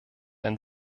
ein